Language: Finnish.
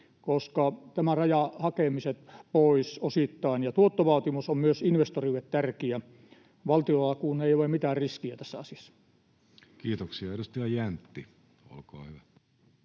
Tämä rajaa hakemiset pois osittain, ja tuottovaatimus on myös investorille tärkeä, valtiolla kun ei ole mitään riskiä tässä asiassa. [Speech 283] Speaker: Jussi Halla-aho